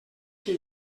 que